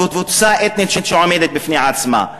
או קבוצה אתנית שעומדת בפני עצמה,